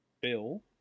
Bill